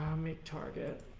make target